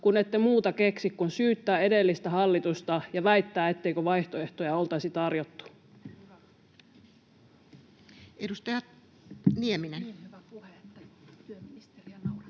kun ette muuta keksi kuin syyttää edellistä hallitusta ja väittää, etteikö vaihtoehtoja oltaisi tarjottu. [Speech 143] Speaker: Toinen